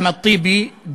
Ahmad Tibi,